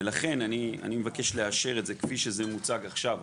לכן אני מבקש לאשר את זה כפי שזה מוצג עכשיו,